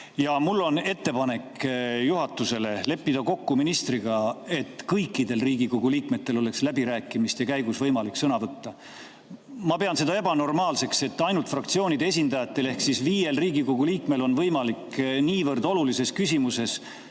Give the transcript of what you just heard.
Ja mul on juhatusele ettepanek leppida ministriga kokku, et kõikidel Riigikogu liikmetel oleks läbirääkimiste käigus võimalik sõna võtta. Ma pean seda ebanormaalseks, et ainult fraktsioonide esindajatel ehk viiel Riigikogu liikmel on võimalik nii olulises küsimuses